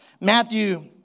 Matthew